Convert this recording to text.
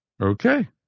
Okay